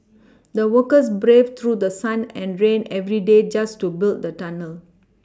the workers braved through sun and rain every day just to build the tunnel